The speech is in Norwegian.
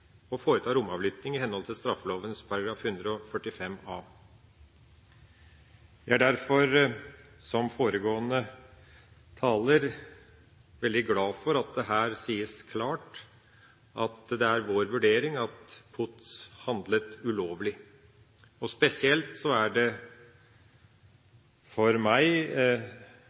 å foreta romavlytting i henhold til straffeloven § 145a. Jeg er derfor, som foregående taler, veldig glad for at det her sies klart at det er vår vurdering at POT handlet ulovlig. Spesielt vil jeg gi ros til Arbeiderpartiets tidligere partisekretær, representanten Martin Kolberg, som presiserte og utdypet så